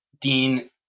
Dean